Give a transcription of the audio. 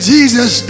Jesus